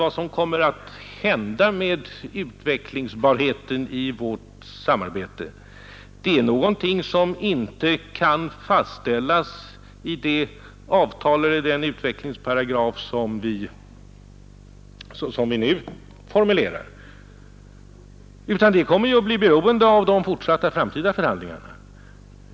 Vad som kommer att hända med utvecklingsbarheten i vårt samarbete är någonting som inte kan fastställas i det avtal eller den utvecklingsparagraf som vi nu formulerar. Vi kommer att bli beroende av de fortsatta framtida förhandlingarna.